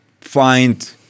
find